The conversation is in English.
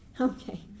Okay